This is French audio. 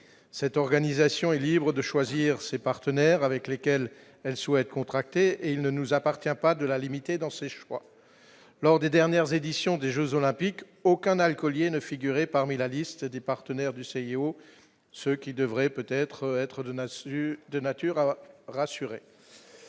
cette organisation est libre de choisir ses partenaires avec lesquels elle souhaite contracter et il ne nous appartient pas de la limité dans ses choix lors des dernières éditions des Jeux olympiques, aucun alcooliers ne figurer parmi la liste des partenaires du CIO, ce qui devrait peut-être être de nature de